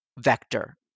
vector